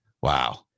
wow